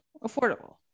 Affordable